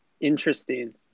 interesting